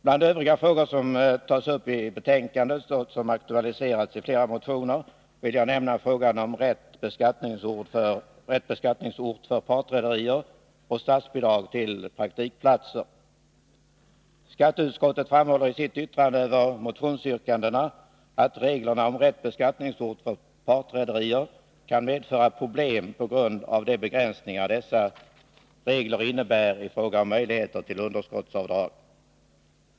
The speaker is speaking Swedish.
Bland övriga frågor som tas upp i betänkandet och som har aktualiserats i flera motioner vill jag nämna frågan om rätt beskattningsort för partrederier och frågan om statsbidrag till praktikplatser. Skatteutskottet framhåller i sitt yttrande över motionsyrkandena att reglerna om rätt beskattningsort för partrederier kan medföra problem på grund av de begränsningar dessa regler innebär i fråga om möjligheter till underskottsavdrag.